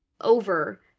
over